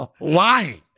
lying